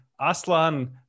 Aslan